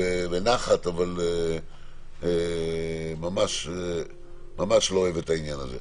בנחת, אבל אני ממש לא אוהב את זה.